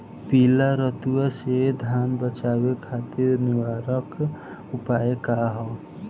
पीला रतुआ से धान बचावे खातिर निवारक उपाय का ह?